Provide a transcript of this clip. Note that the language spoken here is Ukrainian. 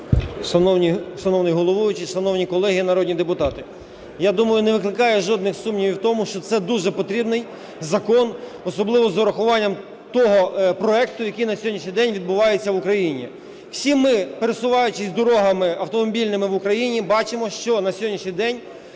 Шановний головуючий, шановні колеги народні депутати, я думаю, не викликає жодних сумнівів в тому, що це дуже потрібний закон, особливо з урахуванням того проекту, який на сьогоднішній день відбувається в Україні. Всі ми, пересуваючись дорогами автомобільними в Україні, бачимо, що на сьогоднішній день